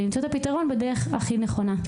למצוא את הפתרון בדרך הכי נכונה.